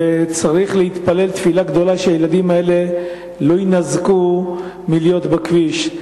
וצריך להתפלל תפילה גדולה שהילדים האלה לא יינזקו מלהיות בכביש.